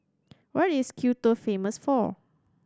what is Quito famous for